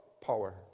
power